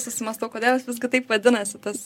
susimąstau kodėl jis visgi taip vadinasi tas